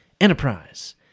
Enterprise